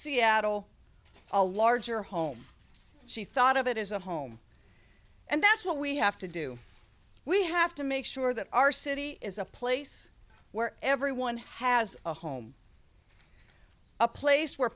seattle a larger home she thought of it as a home and that's what we have to do we have to make sure that our city is a place where everyone has a home a place where